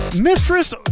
Mistress